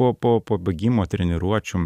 po po po bėgimo treniruočių